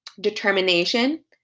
determination